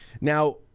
now